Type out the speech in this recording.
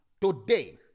today